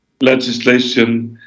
legislation